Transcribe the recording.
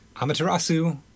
Amaterasu